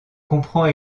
comprend